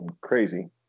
crazy